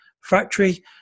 factory